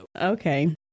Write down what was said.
Okay